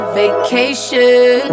vacation